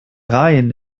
rhein